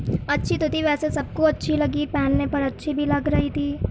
اچھی تو تھی ویسے سب کو اچھی لگی پہننے پر اچھی بھی لگ رہی تھی